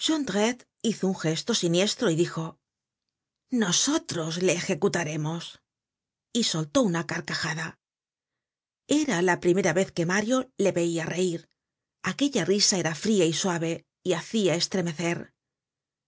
hizo un gesto siniestro y dijo nosotros le ejecutaremos y soltó una carcajada era la primera vez que mario le veia reir aquella risa era fria y suave y hacia estremecer